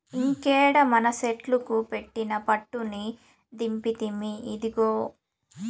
ఇంకేడ మనసెట్లుకు పెట్టిన పట్టుని దింపితిమి, ఇదిగో